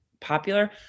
popular